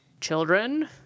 Children